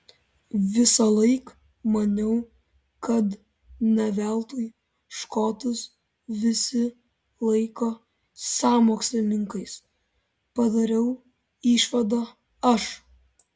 visąlaik maniau kad ne veltui škotus visi laiko sąmokslininkais padariau išvadą aš